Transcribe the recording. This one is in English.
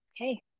okay